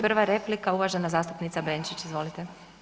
Prva replika, uvažena zastupnica Benčić, izvolite.